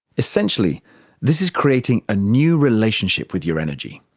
essentially this is creating a new relationship with your energy.